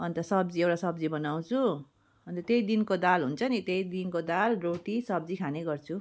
अन्त सब्जी एउटा सब्जी बनाउँछु अन्त त्यही दिनको दाल हुन्छ नि त्यही दिनको दाल रोटी सब्जी खाने गर्छु